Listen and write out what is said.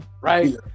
right